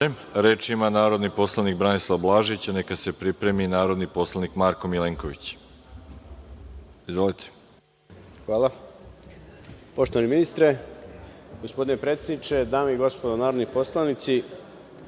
Reč ima narodni poslanik Branislav Blažić, a neka se pripremi narodni poslanik Marko Milenković. **Branislav Blažić** Poštovani ministre, gospodine predsedniče, dame i gospodo narodni poslanici,